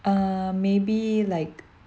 um maybe like